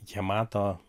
jie mato